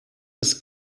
des